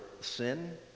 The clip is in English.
sin